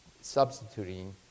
substituting